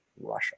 Russia